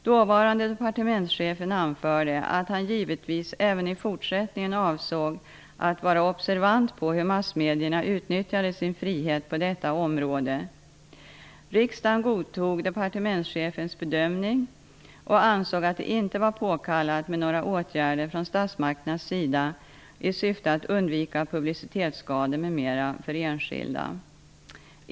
Dåvarande departementschefen anförde att han givetvis även i fortsättningen avsåg att vara observant på hur massmedierna utnyttjade sin frihet på detta område . Riksdagen godtog departementschefens bedömning och ansåg att det inte var påkallat med några åtgärder från statsmakternas sida i syfte att undvika publicitetsskador m.m. för enskilda.